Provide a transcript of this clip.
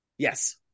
yes